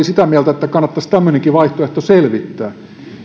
sitä mieltä että kannattaisi tämmöinenkin vaihtoehto selvittää